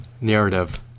narrative